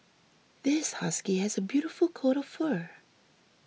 this husky has a beautiful coat of fur